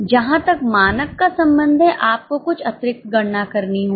जहां तक मानक का संबंध है आपको कुछ अतिरिक्त गणना करनी होगी